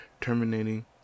terminating